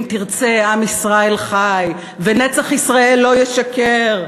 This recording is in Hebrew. ואם תרצה, עם ישראל חי ונצח ישראל לא ישקר.